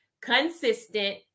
consistent